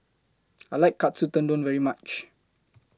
I like Katsu Tendon very much